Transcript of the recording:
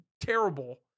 terrible